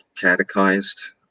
catechized